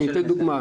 אציג דוגמה.